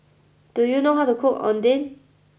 do you know how to cook Oden